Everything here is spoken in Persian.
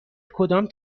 کدام